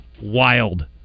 wild